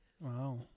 Wow